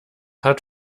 hat